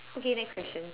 okay next question